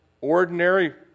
ordinary